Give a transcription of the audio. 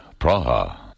Praha